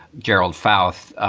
gerald fouth ah